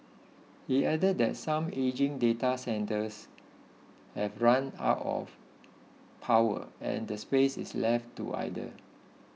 he added that some ageing data centres have ran out of power and the space is left to idle